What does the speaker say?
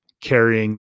carrying